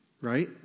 Right